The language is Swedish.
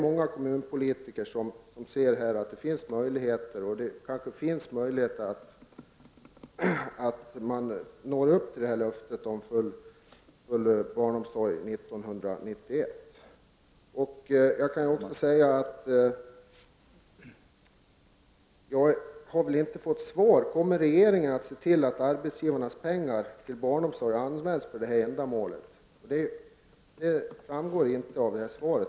Många kommunalpolitiker ser här en möjlighet att uppfylla löftet om fullt utbyggd barnomsorg 1991. Jag har inte fått något svar på om regeringen kommer att se till att arbetsgivarnas pengar till barnomsorgen kommer att användas för det här ändamålet. Det framgår inte av svaret.